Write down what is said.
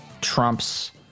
Trump's